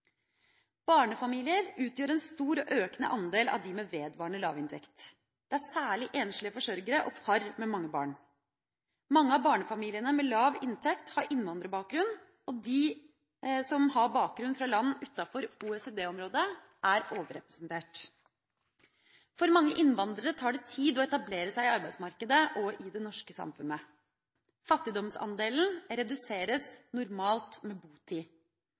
Barnefamilier utgjør en stor og økende andel av dem med vedvarende lavinntekt. Det er særlig enslige forsørgere og par med mange barn. Mange av barnefamiliene med lav inntekt har innvandrebakgrunn, og de som har bakgrunn fra land utenfor OECD-området, er overrepresentert. For mange innvandrere tar det tid å etablere seg i arbeidsmarkedet og i det norske samfunnet. Fattigdomsandelen reduseres normalt med botid.